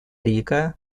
рика